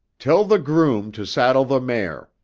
tell the groom to saddle the mare,